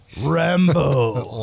Rambo